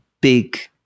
big